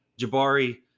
Jabari